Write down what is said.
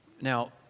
Now